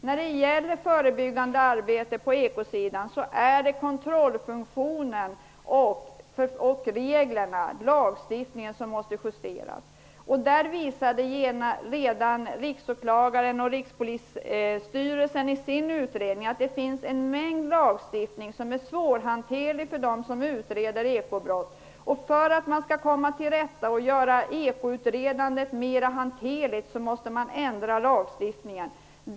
När det gäller det förebyggande arbetet på ekosidan måste kontrollfunktionen och lagstiftningen justeras. Riksåklagaren och Rikspolisstyrelsen visar i sin utredning att det finns en mängd lagstiftning som är svårhanterlig för dem som utreder ekobrott. För att göra ekobrottsutredandet mer hanterligt måste lagstiftningen ändras.